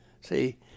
See